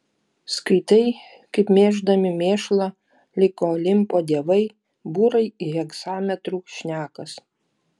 skaitai kaip mėždami mėšlą lyg olimpo dievai būrai hegzametru šnekas